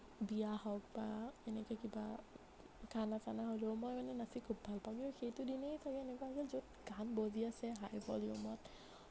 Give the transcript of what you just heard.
বিয়া হওঁক বা এনেকে কিবা খানা চানা হ'লেও মই মানে নাচি খুব ভাল পাওঁ সেইটো দিনেই চাগে এনেকুৱা আছিলে য'ত গান বাজি আছে হাই ভলিউমত